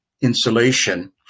insulation